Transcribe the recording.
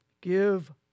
Give